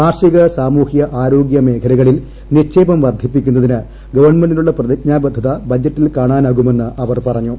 കാർഷിക സാമൂഹ്യ ആരോഗ്യ മേഖലകളിൽ നിക്ഷേപം വർദ്ധിപ്പിക്കുന്നതിന് ഗവൺമെന്റിനുള്ള പ്രതിജ്ഞാ ബദ്ധത ബജറ്റിൽ കാണാനാകുമെന്ന് അവർ പറഞ്ഞു